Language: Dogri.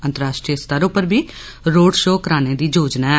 अंतराष्ट्रीय स्तर डपपर बी रोड शो कराने दी योजना ऐ